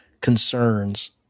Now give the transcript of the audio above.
concerns